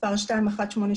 מס' 2183,